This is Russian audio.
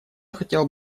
хотел